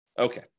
Okay